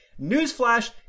Newsflash